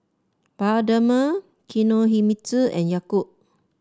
Bioderma Kinohimitsu and Yakult